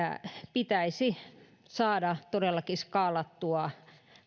pitäisi saada todellakin skaalattua